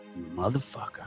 Motherfucker